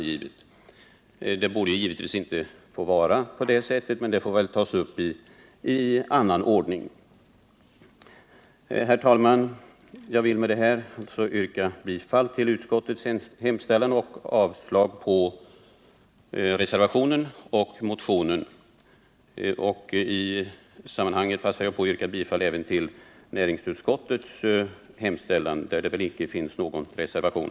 Givetvis borde det inte få vara på det sättet, men den saken får väl tas upp i annan ordning. Herr talman! Jag vill med det sagda yrka bifall till utskottets hemställan och avslag på reservationen och motionen. I sammanhanget passar jag också på att yrka bifall till näringsutskottets hemställan i betänkandet nr 45, där det ju icke finns någon reservation.